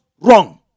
wrong